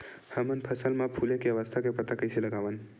हमन फसल मा फुले के अवस्था के पता कइसे लगावन?